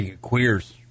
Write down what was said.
Queers